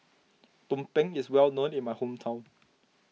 Tumpeng is well known in my hometown